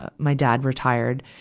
ah my dad retired.